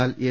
എന്നാൽ എൻ